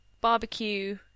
barbecue